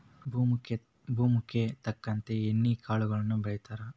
ಭೂಮುಗೆ ತಕ್ಕಂತೆ ಎಣ್ಣಿ ಕಾಳುಗಳನ್ನಾ ಬೆಳಿತಾರ